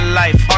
life